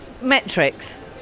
Metrics